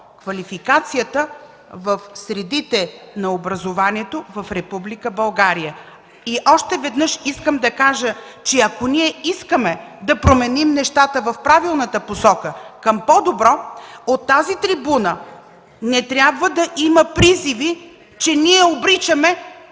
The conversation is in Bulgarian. квалификацията в средите на образованието в Република България. Още веднъж искам да кажа, че ако искаме да променим нещата в правилната посока към по-добро, от тази трибуна не трябва да има призиви, че ние обричаме